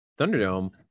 Thunderdome